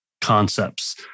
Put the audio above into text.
concepts